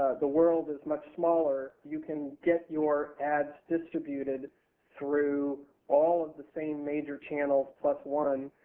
the world is much smaller. you can get your ads distributed through all of the same major channels, plus one,